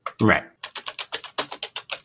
Right